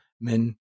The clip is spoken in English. men